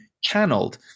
channeled